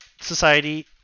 society